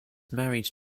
married